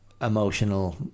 emotional